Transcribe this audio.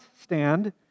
stand